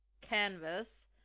canvas